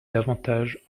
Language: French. davantage